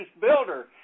builder